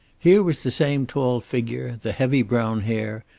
here was the same tall figure, the heavy brown hair,